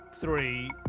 three